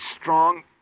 strong